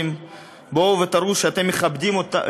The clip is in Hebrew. בואו ותראו שאתם בעד ציבור העולים,